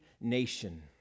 nation